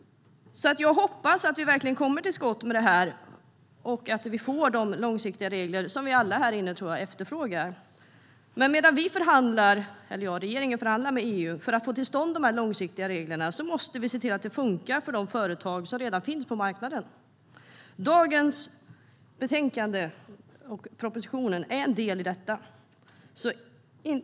Jag hoppas att vi verkligen kommer till skott med detta och får de långsiktiga regler som jag tror att vi alla härinne efterfrågar. Men medan regeringen förhandlar med EU för att få till stånd de långsiktiga reglerna måste vi se till att det funkar för de företag som redan finns på marknaden. Dagens betänkande och propositionen är en del i detta.